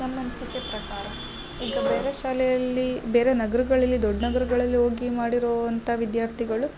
ನಮ್ಮ ಅನಿಸಿಕೆ ಪ್ರಕಾರ ಈಗ ಬೇರೆ ಶಾಲೆಯಲ್ಲಿ ಬೇರೆ ನಗರಗಳಲ್ಲಿ ದೊಡ್ಡ ನಗರಗಳಲ್ಲಿ ಹೋಗಿ ಮಾಡಿರೋವಂಥ ವಿದ್ಯಾರ್ಥಿಗಳು